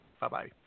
Bye-bye